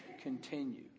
continue